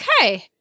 Okay